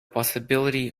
possibility